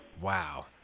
Wow